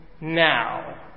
now